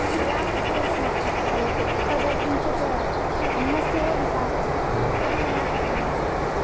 कोळापट्टु इति उच्यते तद् किञ्चित् अन्नस्य एव विकारः तत् मया कृतमासीत्